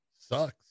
Sucks